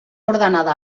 ordenada